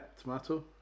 tomato